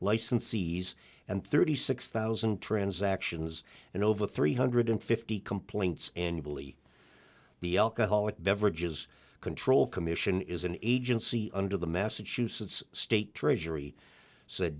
licensees and thirty six thousand transactions and over three hundred fifty complaints and really the alcoholic beverages control commission is an agency under the massachusetts state treasury said